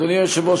אדוני היושב-ראש,